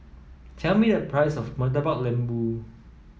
tell me the price of Murtabak Lembu